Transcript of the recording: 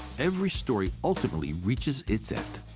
every story ultimately reaches its end.